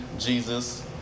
Jesus